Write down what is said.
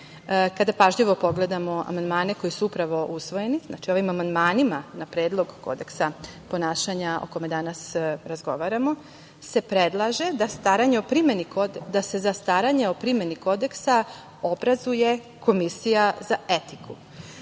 pažljivo pogledamo amandmane koji su upravo usvojeni, znači ovim amandmanima na Predlog kodeksa ponašanja o kome danas razgovaramo se predlaže da se za staranje o primeni kodeksa obrazuje komisija za etiku,